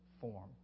form